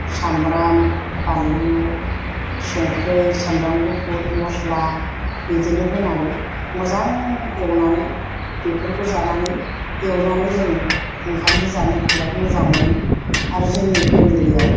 सामब्राम बानलु संख्रै सामब्राम गुफुर मस्ला बिदिनो होनानै मोजां एवनानै बेफोरखौ जानानै एवनानै जों ओंखामजों जानो बिराद मोजां मोनो आरो जोंनि फेमिलियाव